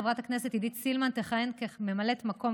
חברת הכנסת עידית סילמן תכהן כממלאת מקום